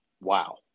wow